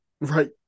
Right